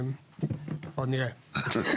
עוד נראה.